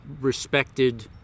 respected